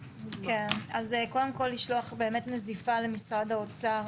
קודם כל, לשלוח נזיפה למשרד האוצר,